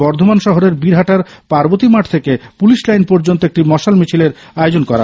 বর্ধমান শহরের বীরহাটার পার্বতী মাঠ থেকে পুলিশ লাইন পর্যন্ত একটি মশাল মিছিলের আয়োজন করা হয়